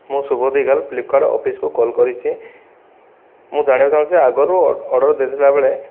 ମୁଁ ଶୁଭ ଦିଗାଲ୍ ଫ୍ଲିପକାର୍ଡ଼ ଅଫିସକୁ କଲ କରିଛି ମୁଁ ଜାଣିବାକୁ ଚାହୁଁଛି ଯେ ଆଗରୁ ଅର୍ଡ଼ର ଦେଇଥିଲା ବେଳେ